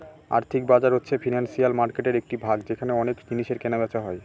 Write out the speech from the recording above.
আর্থিক বাজার হচ্ছে ফিনান্সিয়াল মার্কেটের একটি ভাগ যেখানে অনেক জিনিসের কেনা বেচা হয়